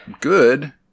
good